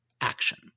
action